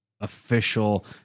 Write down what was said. official